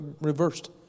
reversed